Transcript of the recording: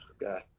God